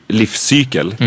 livscykel